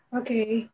okay